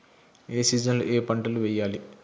ఏ season లో ఏం పంటలు వెయ్యాలి?